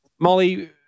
Molly